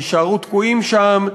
תישארו תקועים שם,